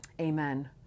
Amen